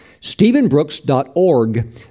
stephenbrooks.org